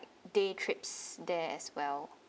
day trips there as well